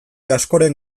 askoren